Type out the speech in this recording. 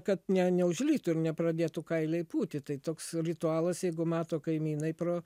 kad ne neužlytų ir nepradėtų kailiai pūti tai toks ritualas jeigu mato kaimynai pro